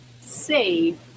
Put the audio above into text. save